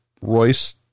Royce